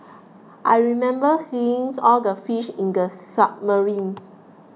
I remember seeing all the fish in the submarine